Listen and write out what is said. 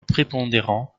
prépondérant